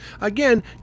Again